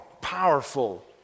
powerful